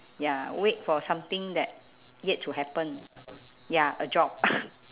ya wait for something that yet to happen ya a job